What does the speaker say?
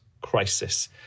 crisis